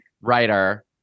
Writer